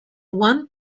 one